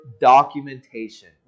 documentation